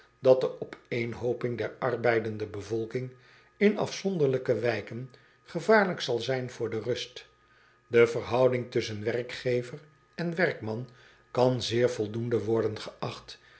dat de opeenhooping der arbeidende bevolking in afzonderlijke wijken gevaarlijk zal zijn voor de rust e verhouding tusschen werkgever en werkman kan zeer voldoende worden geacht